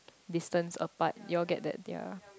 distance apart you all get that their